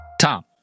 Tom